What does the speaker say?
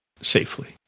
safely